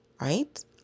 right